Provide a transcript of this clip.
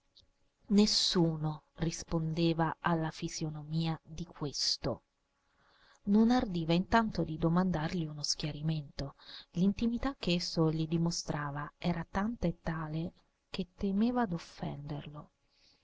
nessuno rispondeva alla fisonomia di questo non ardiva intanto di domandargli uno schiarimento l'intimità che esso gli dimostrava era tanta e tale che temeva d'offenderlo